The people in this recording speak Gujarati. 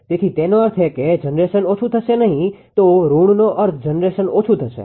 તેથી તેનો અર્થ એ કે જનરેશન ઓછું થશે નહીં તો ઋણનો અર્થ જનરેશન ઓછું થશે